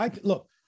Look